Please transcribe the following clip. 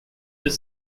deux